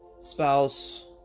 spouse